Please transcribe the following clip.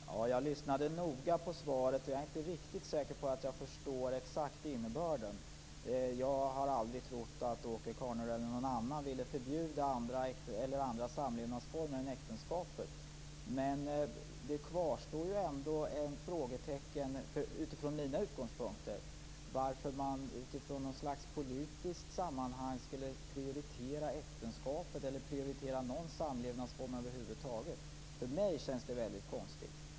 Herr talman! Jag lyssnade noga på svaret, men jag är inte riktigt säker på att jag förstår den exakta innebörden. Jag har aldrig trott att Åke Carnerö eller någon annan vill förbjuda andra samlevnadsformer än äktenskapet. Men utifrån mina utgångspunkter kvarstår det ändå ett frågetecken för varför man politiskt skulle prioritera äktenskapet eller någon samlevnadsform över huvud taget. För mig känns det väldigt konstigt.